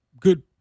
good